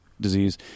disease